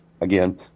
again